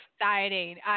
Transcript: exciting